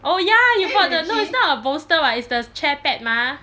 oh ya you bought the no it's a not a bolster [what] it's the chair pad mah